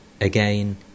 Again